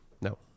No